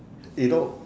you know